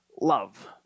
Love